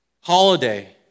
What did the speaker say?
holiday